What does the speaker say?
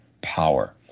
power